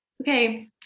okay